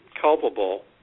culpable